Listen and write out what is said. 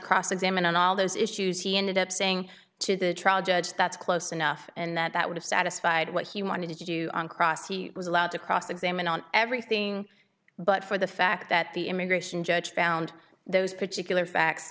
cross examine on all those issues he ended up saying to the trial judge that's close enough and that would have satisfied what he wanted to do on cross he was allowed to cross examine on everything but for the fact that the immigration judge found those particular facts